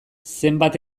zenbat